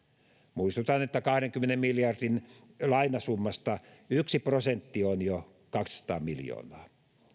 muistutan että kahdenkymmenen miljardin lainasummasta yksi prosentti on jo kaksisataa miljoonaa